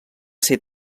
ser